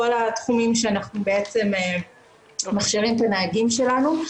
כל התחומים שאנחנו מכשירים את הנהגים שלנו.